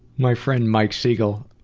my friend, mike siegel